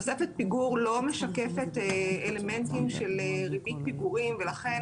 תוספת פיגור לא משקפת אלמנטים של ריבית פיגורים ולכן